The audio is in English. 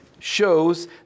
shows